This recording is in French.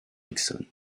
nixon